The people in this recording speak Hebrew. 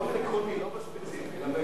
לא, באופן עקרוני, לא בספציפי, אלא בעקרוני,